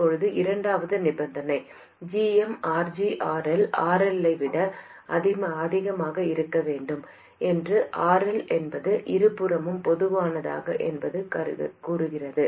இப்போது இரண்டாவது நிபந்தனை gm RGRL RLஐ விட அதிகமாக இருக்க வேண்டும் என்றும் RL என்பது இருபுறமும் பொதுவானது என்றும் கூறுகிறது